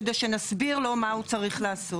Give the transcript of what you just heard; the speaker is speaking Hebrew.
כדי שנסביר לו מה הוא צריך לעשות.